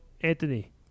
Anthony